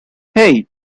hey